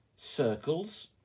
Circles